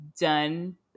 done